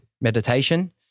meditation